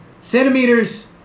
centimeters